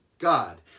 God